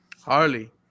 Harley